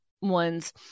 ones